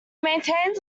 maintains